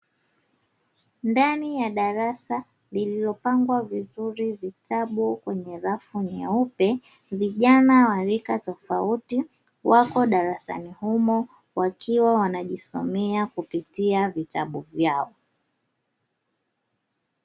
Ndani ya darasa lililopangwa vizuri vitabu kwenye rafu nyeupe, vijana wa rika tofauti wako darasani humo wakiwa wanajisomea kupitia vitabu vyao.